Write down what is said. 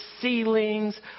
ceilings